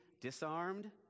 disarmed